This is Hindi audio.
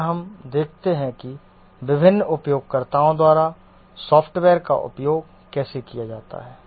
और हम देखते हैं कि विभिन्न उपयोगकर्ताओं द्वारा सॉफ़्टवेयर का उपयोग कैसे किया जाता है